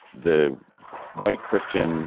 the white christian